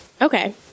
Okay